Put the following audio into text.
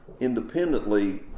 independently